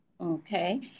okay